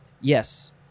Yes